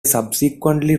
subsequently